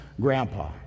grandpa